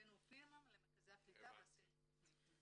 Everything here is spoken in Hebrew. הבאנו למרכזי הקליטה ועשינו תכנית.